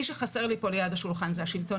מי שחסר לי פה ליד השולחן זה השלטון